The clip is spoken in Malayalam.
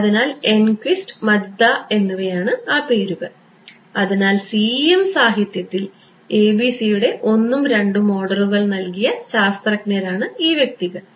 അതിനാൽ എൻക്വിസ്റ്റ് മജ്ദ എന്നിവയാണ് ആ പേരുകൾ അതിനാൽ CEM സാഹിത്യത്തിൽ ABC യുടെ ഒന്നും രണ്ടും ഓർഡറുകൾ നൽകിയ ശാസ്ത്രജ്ഞരാണ് ഈ വ്യക്തികൾ